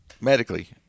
medically